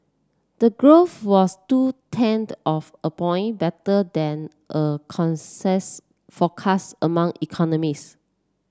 the growth was two tenth of a point better than a consensus forecast among economists